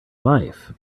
life